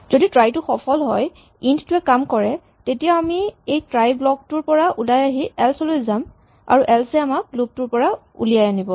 যদি ট্ৰাই টো সফল হয় ইন্ট টোৱে কাম কৰে তেতিয়া আমি এই ট্ৰাই ব্লক টোৰ পৰা ওলাই আহি এল্চ লৈ যাম আৰু এল্চ এ আমাক লুপ টোৰ পৰা ওলিয়াই আনিব